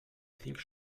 think